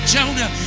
Jonah